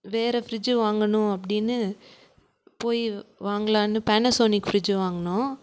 வேற ஃப்ரிட்ஜு வாங்கணும் அப்படின்னு போய் வாங்கலாம்னு பேனசோனிக் ஃப்ரிட்ஜு வாங்குனோம்